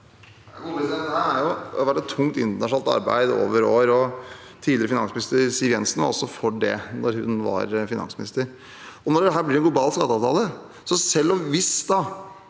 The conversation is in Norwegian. Dette har vært et tungt internasjonalt arbeid over år. Tidligere finansminister Siv Jensen var også for det da hun var finansminister. Nå blir dette en global skatteavtale. Selv om